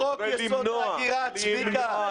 חוק יסוד: ההגירה, צביקה.